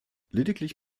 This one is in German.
lediglich